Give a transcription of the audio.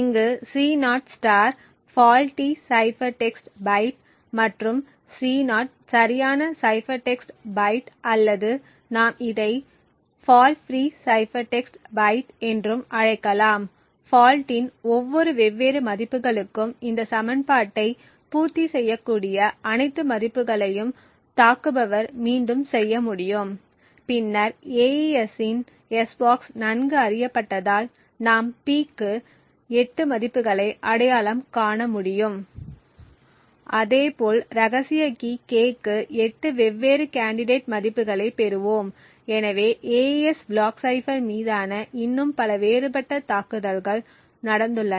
இங்கு C0 faulty cipher text byte மற்றும் C0 சரியான சைபர் டெக்ஸ்ட் பைட் அல்லது நாம் இதை fault free cipher text byte என்றும் அழைக்கலாம் ஃபால்ட்டின் ஒவ்வொரு வெவ்வேறு மதிப்புகளுக்கும் இந்த சமன்பாட்டை பூர்த்திசெய்யக்கூடிய அனைத்து மதிப்புகளையும் தாக்குபவர் மீண்டும் செய்ய முடியும் பின்னர் AES இன் s box நன்கு அறியப்பட்டதால் நாம் P க்காக 8 மதிப்புகளை அடையாளம் காண முடியும் அதே போல் இரகசிய கீ k க்கு 8 வெவ்வேறு கேண்டிடேட் மதிப்புகளைப் பெறுவோம் எனவே AES பிளாக் சைபர் மீதான இன்னும் பல வேறுபட்ட தாக்குதல்கள் நடந்துள்ளன